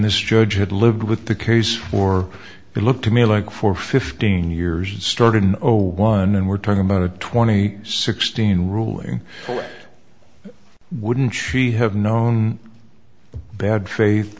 this judge had lived with the case for it looked to me like for fifteen years and started in one and we're talking about a twenty sixteen ruling wouldn't she have known bad faith